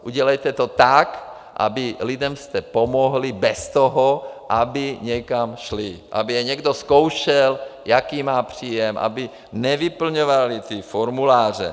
Udělejte to tak, aby lidem jste pomohli bez toho, aby někam šli, aby je někdo zkoušel, jaký má příjem, aby nevyplňovali ty formuláře.